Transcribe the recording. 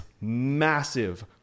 massive